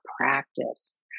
practice